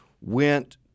went